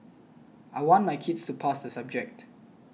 I want my kids to pass the subject